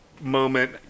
moment